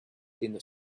dinner